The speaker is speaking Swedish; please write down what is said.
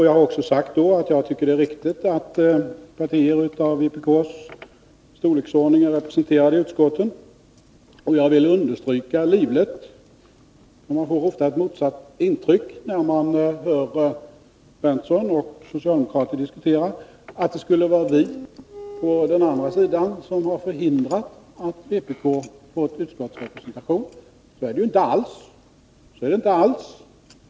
Jag har då sagt att jag tycker att det är viktigt att partier av vpk:s storleksordning är representerade i utskotten. Jag vill livligt understryka att det — man får ofta ett motsatt intryck när man hör Nils Berndtson och socialdemokraterna diskutera — skulle vara vi på den andra sidan som har förhindrat vpk att få utskottsrepresentation. Så är det inte alls.